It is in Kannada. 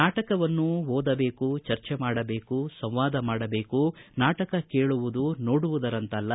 ನಾಟಕವನ್ನು ಓದಬೇಕು ಚರ್ಚೆಮಾಡಬೇಕು ಸಂವಾದ ಮಾಡಬೇಕು ನಾಟಕ ಕೇಳುವುದು ನೋಡುವುದರಂತಲ್ಲ